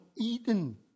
Eden